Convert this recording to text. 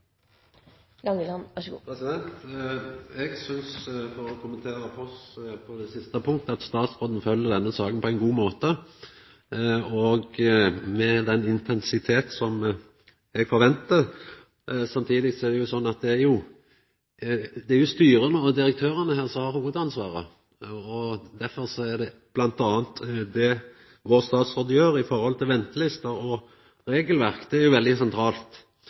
Eg synest, for å kommentera Foss på det siste punktet, at statsråden følgjer denne saka på ein god måte og med den intensiteten som eg forventar. Samtidig er det slik at det er styra og direktørane som har hovudansvaret. Derfor er det bl.a. det vår statsråd held seg til med omsyn til ventelister og regelverk. Det er veldig sentralt